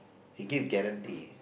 he give guarantee